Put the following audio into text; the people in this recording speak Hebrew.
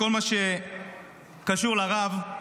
בכל מה שקשור לרב.